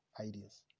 ideas